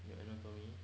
your anatomy